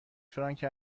فرانک